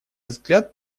взгляд